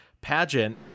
pageant